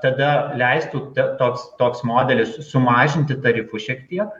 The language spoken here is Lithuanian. tada leistų toks toks modelis sumažinti tarifus šiek tiek